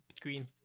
green